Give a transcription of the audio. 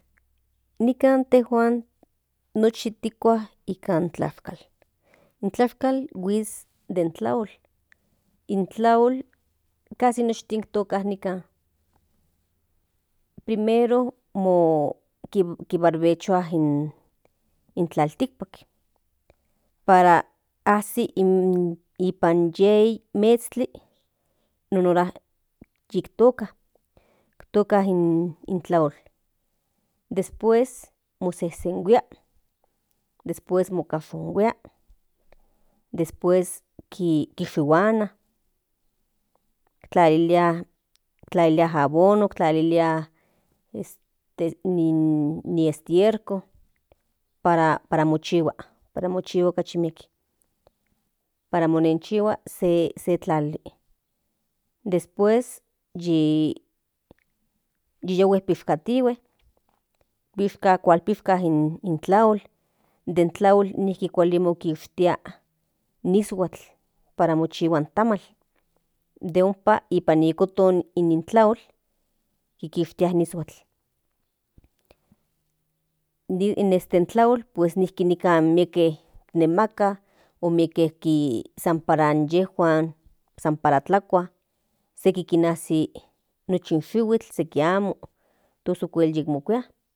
Nikan tejuan nochi tikua ikan klashkatl in tlashkatl huiz den klaotl in klaotl casi nostin toca nikan primero mo kinbarquechoa in in klaltikpak para asi in ipan yey metro mescli non ora yik toka in klaol después mo sesenguia después mo kanshohia después ki shutuana klalilia klalilia abono klalilia este nin estierco para mochihgua para mochiwa cachi miek para monen chigua se klali después yi yague pishcatigue piishca huan pishca in klaotl de klaotliki kuali mo pikia in isguatl para mo chihu in tamatl de ompa nika ni koton in klaotl kikishtia in ishguatl in este klaotl nikan mieke nemaka mo mieke san para inyejuan para tlakua seki kinasi nochi in shihuitltos okuel yimokuia.